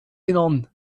innern